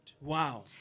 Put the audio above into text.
Wow